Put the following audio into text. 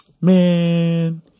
Man